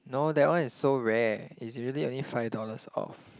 no that one is so rare it's usually only five dollars off